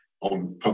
on